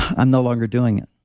i'm no longer doing it.